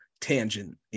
tangent